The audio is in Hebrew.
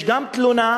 יש גם תלונה,